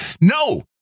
No